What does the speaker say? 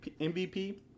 MVP